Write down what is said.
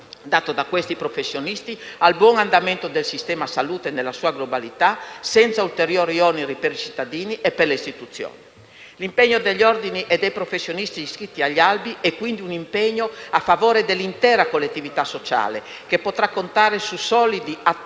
dato dagli stessi al buon andamento del sistema salute nella sua globalità, senza ulteriori oneri per i cittadini e per le istituzioni. Quello degli ordini e dei professionisti iscritti agli albi è, quindi, un impegno a favore dell'intera collettività sociale, che potrà contare su solidi, attenti